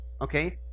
Okay